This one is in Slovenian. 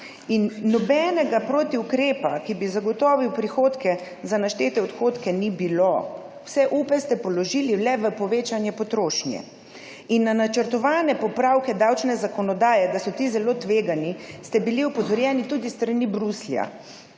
Nobenega protiukrepa, ki bi zagotovil prihodke za naštete odhodke, ni bilo. Vse upe ste položili le v povečanje potrošnje. Na načrtovane popravke davčne zakonodaje, da so ti zelo tvegani, ste bili opozorjeni tudi s strani Bruslja.